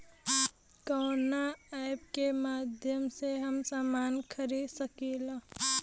कवना ऐपके माध्यम से हम समान खरीद सकीला?